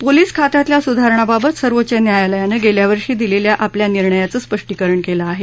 police खात्यातल्या सुधारणांबाबत सर्वोच्च न्यायालयानं गेल्यावर्षी दिलेल्या आपल्या निर्णयाचं स्पष्टीकरण केलं आहे